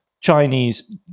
Chinese